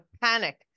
panic